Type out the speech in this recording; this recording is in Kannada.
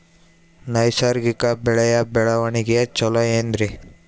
ನೈಸರ್ಗಿಕ ಬೆಳೆಯ ಬೆಳವಣಿಗೆ ಚೊಲೊ ಏನ್ರಿ?